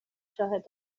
شاهد